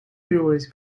breweries